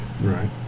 Right